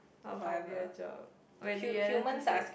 not finding a job when reality sets in